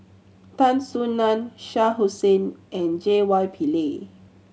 Tan Soo Nan Shah Hussain and J Y Pillay